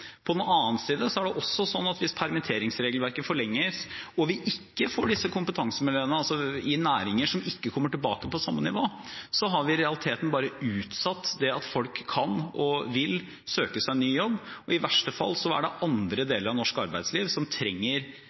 På den annen side er det også sånn at hvis permitteringsregelverket forlenges og vi ikke får disse kompetansemiljøene i næringer som ikke kommer tilbake på samme nivå, har vi i realiteten bare utsatt det at folk kan og vil søke seg ny jobb. I verste fall er det andre deler av norsk arbeidsliv som trenger